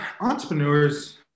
Entrepreneurs